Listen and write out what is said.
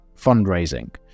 fundraising